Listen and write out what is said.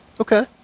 Okay